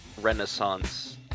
Renaissance